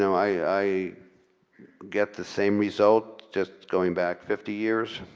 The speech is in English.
i get the same result just going back fifty years